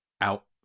out